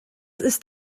ist